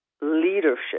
leadership